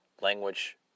language